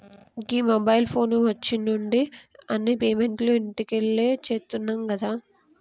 గీ mobile phone వచ్చిన్నుండి అన్ని పేమెంట్లు ఇంట్లకెళ్లే చేత్తున్నం గదా